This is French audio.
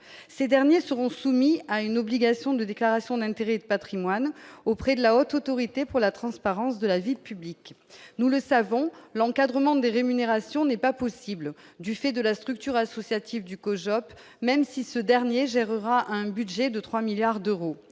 ces derniers seront soumis à une obligation de déclaration d'intérêts et de Patrimoine auprès de la Haute autorité pour la transparence de la vie publique, nous le savons, l'encadrement des rémunérations n'est pas possible du fait de la structure associative du COJO Europe même si ce dernier gérera un budget de 3 milliards d'euros